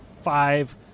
five